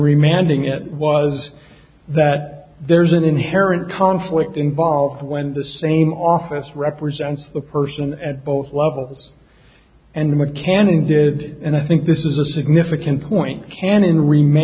remanding it was that there's an inherent conflict involved when the same office represents a person at both levels and the mechanic did and i think this is a significant point can in rema